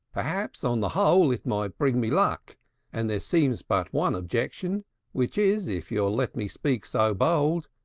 perhaps, on the whole, it might bring me luck and there seems but one objection which is, if you'll let me speak so bold,